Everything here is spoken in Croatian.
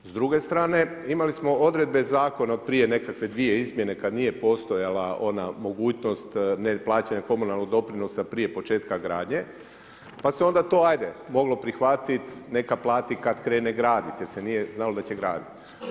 S druge strane, imali smo odredbe zakona od prije nekakve dvije izmjene kada nije postojala ona mogućnost ne plaćanja komunalnog doprinosa prije početka gradnje pa se onda to ajde moglo prihvatiti neka plati kada krene graditi jer se nije znalo da će graditi.